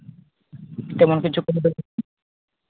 ᱛᱮᱢᱚᱱ ᱠᱤᱪᱷᱩ ᱠᱟᱹᱢᱤ ᱫᱚ ᱵᱟᱝ